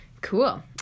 Cool